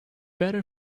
better